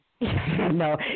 No